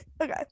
Okay